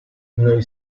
noi